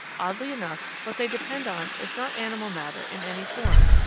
oddly enough, what they depend on is not animal matter in any form,